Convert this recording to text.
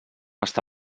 està